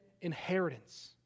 inheritance